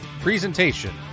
presentation